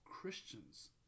Christians